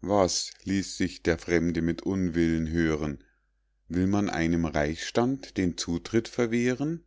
was ließ sich der fremde mit unwillen hören will man einem reichsstand den zutritt verwehren